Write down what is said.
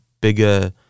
bigger